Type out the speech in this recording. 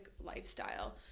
lifestyle